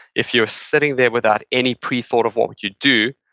if you're sitting there without any pre-thought of what would you do,